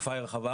התופעה היא רחבה,